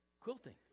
Quilting